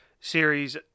series